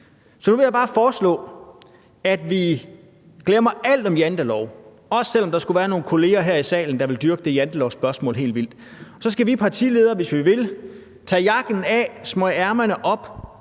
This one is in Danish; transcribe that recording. Så nu vil jeg bare foreslå, at vi glemmer alt om jantelov, også selv om der skulle være nogle kolleger her i salen, der vil dyrke det jantelovsspørgsmål helt vildt, og så skal vi partiledere, hvis vi vil, tage jakken af, smøge ærmerne op